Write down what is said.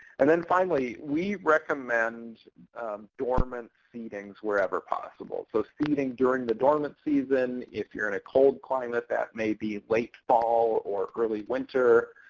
and then finally, we recommend dormant seedings wherever possible, so seeding during the dormant season. if you're in a cold climate that may be late fall or early winter.